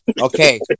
Okay